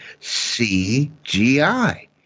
CGI